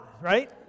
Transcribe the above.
right